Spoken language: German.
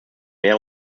mehr